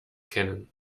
kennen